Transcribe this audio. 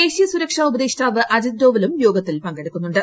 ദേശീയ സുരക്ഷാ ഉപദേഷ്ടാവ് അജിത് ഡോവലും യോഗത്തിൽ പങ്കെടുക്കുന്നുണ്ട്